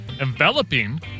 Enveloping